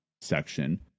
section